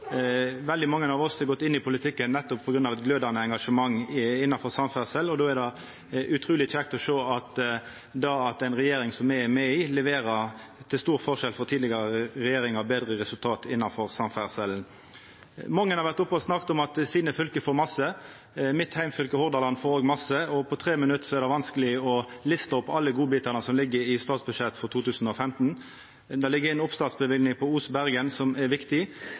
Veldig mange av oss har gått inn i politikken nettopp på grunn av eit glødande engasjement innanfor samferdsel, og då er det utruleg kjekt å sjå at ei regjering som me er med i, leverer – til stor forskjell frå tidlegare regjeringar – betre resultat innanfor samferdsel. Mange har vore oppe og snakka om at fylka deira får masse. Mitt heimfylke, Hordaland, får òg masse. På 3 minutt er det vanskeleg å lista opp alle godbitane som ligg i statsbudsjettet for 2015. Det ligg ei oppstartsløyving for Os–Bergen som er viktig.